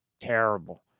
Terrible